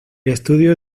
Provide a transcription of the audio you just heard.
estudio